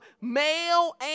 male